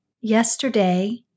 yesterday